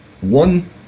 one